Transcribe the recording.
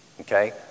okay